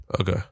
Okay